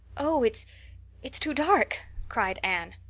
oh it's it's too dark, cried anne.